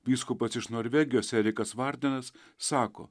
vyskupas iš norvegijos erikas vardenas sako